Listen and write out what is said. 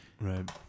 Right